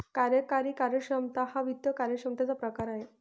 कार्यकारी कार्यक्षमता हा वित्त कार्यक्षमतेचा प्रकार आहे